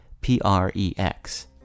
P-R-E-X